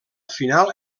final